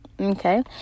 Okay